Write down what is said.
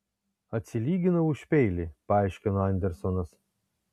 atsilyginau už peilį paaiškino andersonas